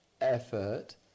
effort